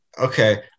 Okay